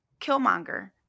Killmonger